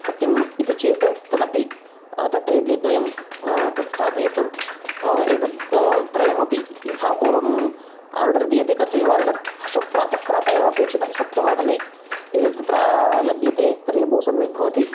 सत्यं इति चेत् तदपि तट्टे इडली द्वयं तत् स्थापयतु एतद् त्रयमपि यथा पूर्वम् आर्डर् दीयते तथैव आर्डर् श्व प्रातः प्रातः एव अपेक्षितम् सप्तवादने यदि तत्र लभ्यते तर्हि बहु सम्यक् भवति